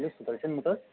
hello Sudarshan Motors